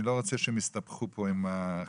אני לא רוצה שהם יסתבכו פה עם החשבונות.